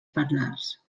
parlars